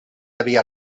havia